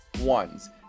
Ones